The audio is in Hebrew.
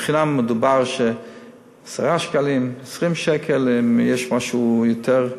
חינם, זה 10 שקלים או 20 שקל אם יש משהו יותר,